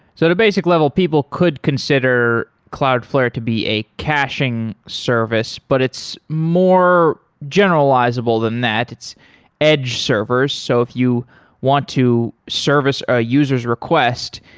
sort of basic level, people could consider cloudflare to be a caching service, but it's more generalizable than that. it's edge servers. so if you want to service a user's request,